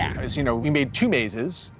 as you know we made two mazes.